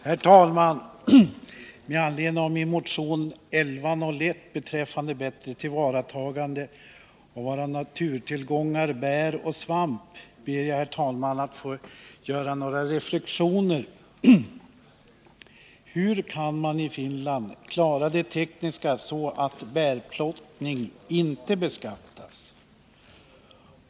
Herr talman! Med anledning av motion 1101, som väckts av mig och några andra ledamöter, beträffande bättre tillvaratagande av våra naturtillgångar bär och svamp ber jag att få göra några reflexioner. Hur kan man i Finland klara det tekniska, så att bärplockning inte beskattas?